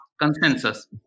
consensus